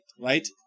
right